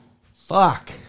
Fuck